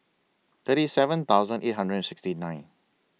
thirty seven thousand eight hundred and sixty nine